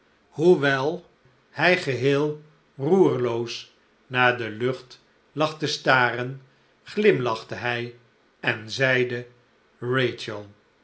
hoewel hij geheel roerloos naar de lucht lag te staren glimlachte hij enzeide